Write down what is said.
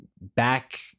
back